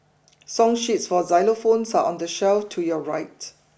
song sheets for xylophones are on the shelf to your right